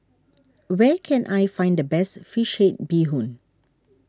where can I find the best Fish Head Bee Hoon